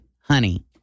honey